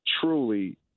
truly